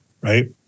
right